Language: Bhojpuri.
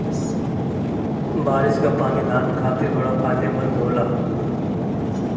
बारिस कअ पानी धान खातिर बड़ा फायदेमंद होला